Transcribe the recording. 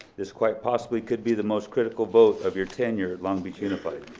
this quite possibly could be the most critical vote of your tenure at long beach unified.